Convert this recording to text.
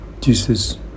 Jesus